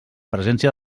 presència